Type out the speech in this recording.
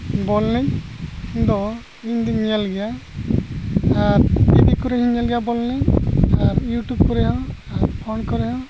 ᱵᱚᱞ ᱮᱱᱮᱡ ᱫᱚ ᱤᱧᱫᱩᱧ ᱧᱮᱞ ᱜᱮᱭᱟ ᱟᱨ ᱴᱤᱵᱷᱤ ᱠᱚᱨᱮᱦᱚᱸᱧ ᱧᱮᱞ ᱜᱮᱭᱟ ᱵᱚᱞ ᱮᱱᱮᱡ ᱟᱨ ᱤᱭᱩᱴᱩᱵᱽ ᱠᱚᱨᱮᱦᱚᱸ ᱟᱨ ᱯᱷᱳᱱ ᱠᱚᱨᱮᱦᱚᱸ